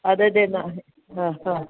ಅದು ಅದೇ ನಾನು ಹಾಂ ಹಾಂ